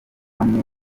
hamwe